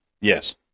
yes